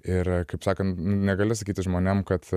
ir kaip sakant negali sakyti žmonėm kad